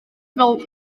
fel